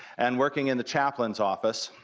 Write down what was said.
and working in the chaplain's office,